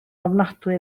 ofnadwy